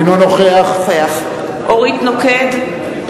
אינו נוכח אורית נוקד,